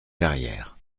carrières